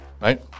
right